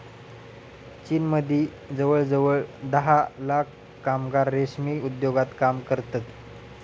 चीनमदी जवळजवळ धा लाख कामगार रेशीम उद्योगात काम करतत